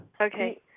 Okay